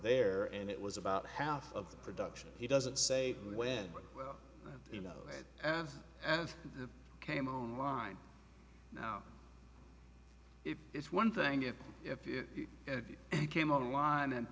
there and it was about half of the production he doesn't say when you know and as it came online now if it's one thing if if if if you came online and